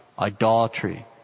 idolatry